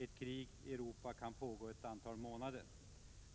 ett krig i Europa pågår ett antal månader.